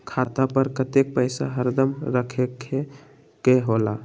खाता पर कतेक पैसा हरदम रखखे के होला?